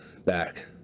back